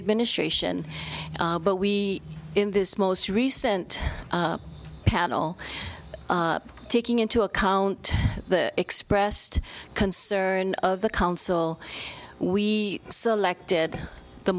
administration but we in this most recent panel taking into account the expressed concern of the council we selected the